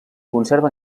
conserva